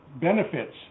benefits